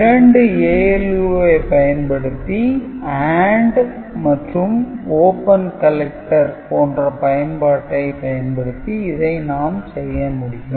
இரண்டு ALU ஐ பயன்படுத்தி AND மற்றும் "open collector" போன்ற பயன்பாட்டை பயன்படுத்தி இதை நாம் செய்ய முடியும்